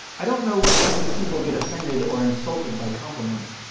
i don't know what kind of people get offended or insulted by compliments.